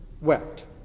wept